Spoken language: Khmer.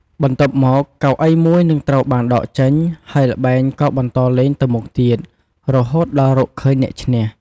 បន្ទាប់មក កៅអីមួយនឹងត្រូវបានដកចេញ ហើយល្បែងក៏បន្តលេងទៅមុខទៀត រហូតដល់រកឃើញអ្នកឈ្នះ។